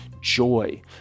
joy